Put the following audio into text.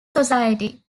society